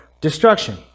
destruction